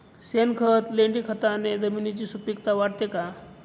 शेणखत, लेंडीखताने जमिनीची सुपिकता वाढते का?